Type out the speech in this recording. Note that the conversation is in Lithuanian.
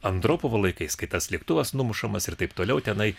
andropovo laikais kai tas lėktuvas numušamas ir taip toliau tenai